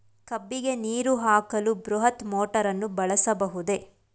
ಕಬ್ಬಿಗೆ ನೀರು ಹಾಕಲು ಬೃಹತ್ ಮೋಟಾರನ್ನು ಬಳಸಬಹುದೇ?